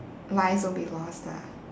lives won't be lost ah